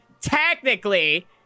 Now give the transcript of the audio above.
technically